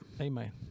Amen